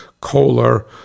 kohler